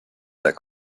that